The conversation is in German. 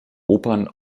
opern